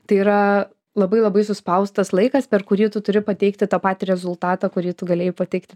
tai yra labai labai suspaustas laikas per kurį tu turi pateikti tą patį rezultatą kurį tu galėjai pateikti